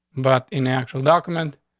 but in actual document.